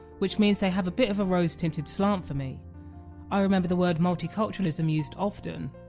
which means they have a bit of a rose tinted slant for me i remember the word multiculturalism used often,